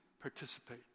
participate